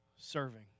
serving